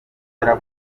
gusa